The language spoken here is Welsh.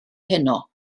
heno